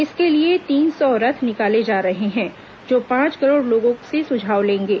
इसके लिए तीन सौ रथ निकाले जा रहे हैं जो पांच करोड़ लोगों से सुझाव लेंगे